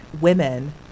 women